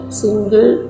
single